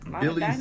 Billy